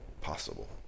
possible